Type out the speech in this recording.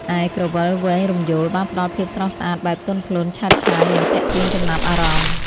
ឯក្រវិលវែងរំយោល បានផ្តល់ភាពស្រស់ស្អាតបែបទន់ភ្លន់ ឆើតឆាយ និងទាក់ទាញចំណាប់អារម្មណ៍។